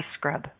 scrub